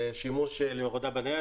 יש שימוש להורדה בנייד,